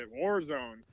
Warzone